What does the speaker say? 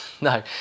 No